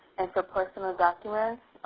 and for personal documents,